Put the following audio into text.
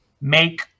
make